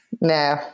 no